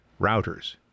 routers